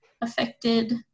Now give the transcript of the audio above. affected